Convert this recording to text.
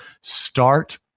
Start